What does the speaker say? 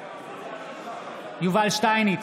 בעד יובל שטייניץ,